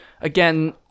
Again